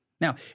Now